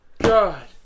God